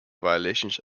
violations